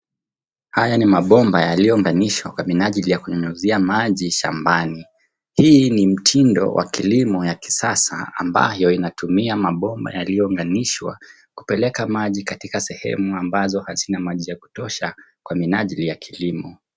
Haya ni mabomba yaliounganishwa kwa minajili ya kunyunyizia maji shambani. Hii ni mtindo wa kilimo ya kisasa ambayo inatumia mabomba yaliounganishwa kupeleka maji katika sehemu ambazo hazina maji ya kutosha kwa minajili ya kilimo.